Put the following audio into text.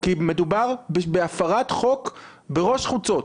כי מדובר בהפרת חוק בראש חוצות.